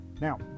Now